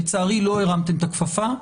לצערי לא הרמתם את הכפפה.